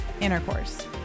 intercourse